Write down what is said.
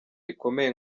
rikomeye